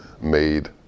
made